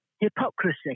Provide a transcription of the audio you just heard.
Hypocrisy